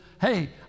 hey